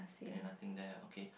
okay nothing then I okay